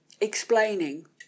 explaining